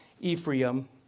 Ephraim